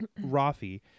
Rafi